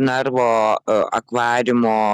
narvo akvariumo